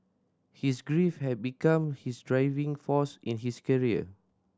his grief had become his driving force in his career